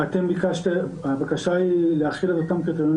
אתם ביקשתם להחיל את אותם קריטריונים